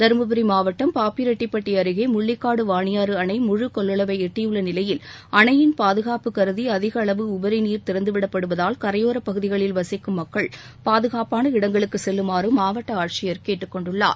தர்மபுரி மாவட்டம் பாப்பிரெட்டிப்பட்டி அருகே முள்ளிக்காடு வாணியாறு அணை முழு கொள்ளளவை எட்டியுள்ள நிலையில் அணையின் பாதுகாப்பு கருதி அதிகளவு உபரிநீர் திறந்து விடப்படுவதால் கரையோரப் பகுதியில் வசிக்கும் மக்கள் பாதுகாப்பான இடங்களுக்கு செல்லுமாறு மாவட்ட ஆட்சியர் கேட்டுக் கொண்டுள்ளார்